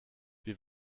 wie